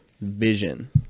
vision